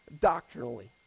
doctrinally